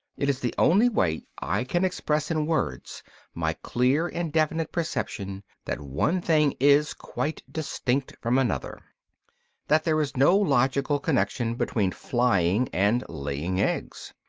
it is the only way i can express in words my clear and definite perception that one thing is quite distinct from another that there is no logical connection between flying and laying eggs.